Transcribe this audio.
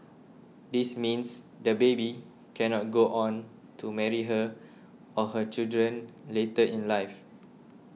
this means the baby cannot go on to marry her or her children later in life